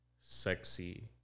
sexy